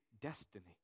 destiny